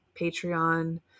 Patreon